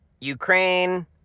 Ukraine